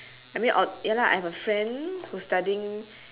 I mean ya lah I have a friend who's studying